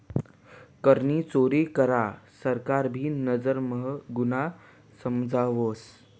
करनी चोरी करान सरकार भी नजर म्हा गुन्हा समजावस